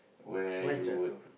where you would